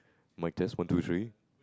mic test one two three